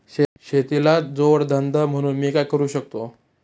शेतीला जोड धंदा म्हणून मी काय करु शकतो?